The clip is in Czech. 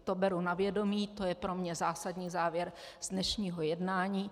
To beru na vědomí, to je pro mě zásadní závěr z dnešního jednání.